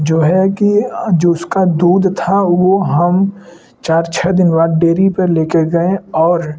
जो है कि जो उसका दूध था वह हम चार छ दिन बाद डेरी पर लेकर गए और